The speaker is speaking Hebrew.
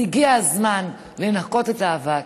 אז הגיע הזמן לנקות את האבק,